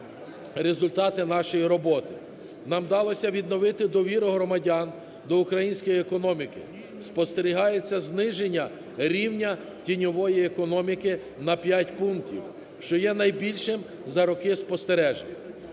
результати нашої роботи. Нам вдалося відновити довіру громадян до української економіки. Спостерігається зниження рівня тіньової економіки на п'ять пунктів, що є найбільшим за роки спостережень.